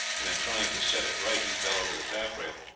and in trying to set it right he fell over the taffrail.